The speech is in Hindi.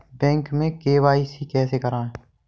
बैंक में के.वाई.सी कैसे करायें?